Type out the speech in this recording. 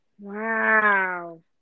Wow